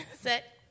Set